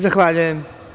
Zahvaljujem.